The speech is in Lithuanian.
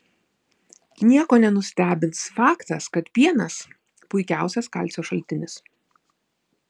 nieko nenustebins faktas kad pienas puikiausias kalcio šaltinis